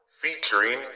featuring